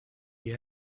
you